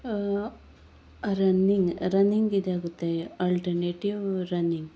running running कित्याक कोत्तायी alternative running